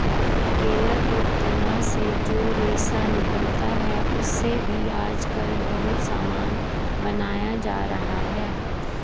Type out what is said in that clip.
केला के तना से जो रेशा निकलता है, उससे भी आजकल बहुत सामान बनाया जा रहा है